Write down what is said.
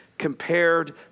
Compared